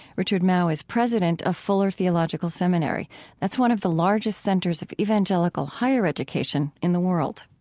richard mouw is president of fuller theological seminary that's one of the largest centers of evangelical higher education in the world